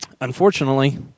Unfortunately